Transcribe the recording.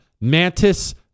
Mantis